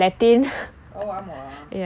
oh ஆமாவா:aamaavaa